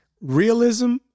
realism